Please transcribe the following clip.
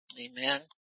Amen